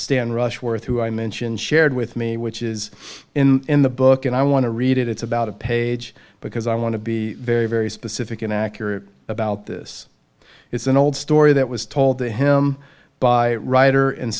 rushworth who i mentioned shared with me which is in the book and i want to read it it's about a page because i want to be very very specific and accurate about this it's an old story that was told to him by writer and